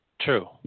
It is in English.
True